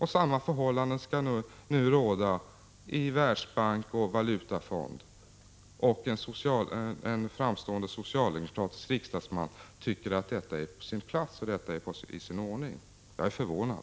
Samma förhållanden skall nu råda i världsbank och valutafond, och en framstående socialdemokratisk riksdagsman tycker att detta är på sin plats och är i sin ordning. Jag är förvånad.